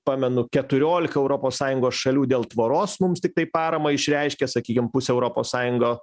pamenu keturiolika europos sąjungos šalių dėl tvoros mums tiktai paramą išreiškė sakykim pusė europos sąjungo